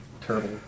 turtle